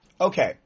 Okay